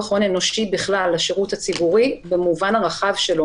הון אנושי בכלל לשירות הציבורי במובן הרחב שלו.